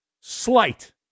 slight